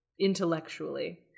Intellectually